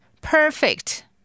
Perfect